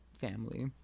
family